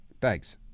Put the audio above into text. Thanks